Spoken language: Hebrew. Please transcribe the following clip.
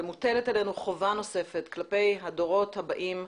ומוטלת עלינו חובה נוספת כלפי הדורות הבאים,